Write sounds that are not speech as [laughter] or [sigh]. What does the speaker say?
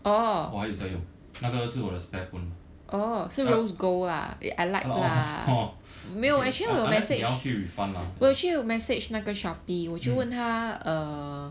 我还有在用那个是我的 spare phone [noise] oh oh oh okay unless 你要去 refund lah